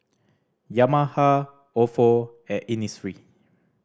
Yamaha Ofo and Innisfree